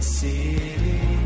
city